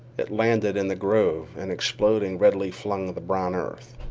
it landed in the grove, and exploding redly flung the brown earth.